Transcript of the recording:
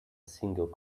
single